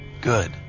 Good